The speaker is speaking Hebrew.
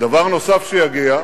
ודבר נוסף שיגיע,